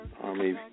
Army